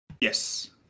Yes